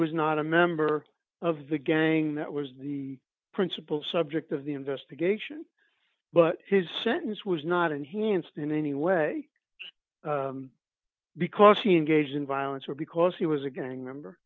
was not a member of the gang that was the principal subject of the investigation but his sentence was not enhanced in any way because he engaged in violence or because he was a gang member